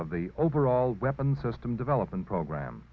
of the overall weapons system development program